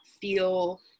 feel